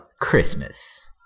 Christmas